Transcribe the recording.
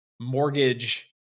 mortgage